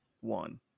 one